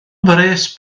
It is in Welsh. mhres